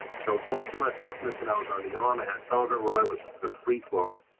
so most of my first mission, i was on the arm. i had some of it where i was the free floater.